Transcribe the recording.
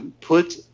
put